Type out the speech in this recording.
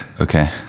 Okay